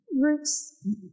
roots